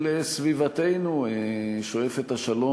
אל סביבתנו שואפת השלום,